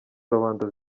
rubanda